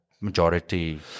majority